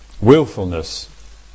Willfulness